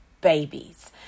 babies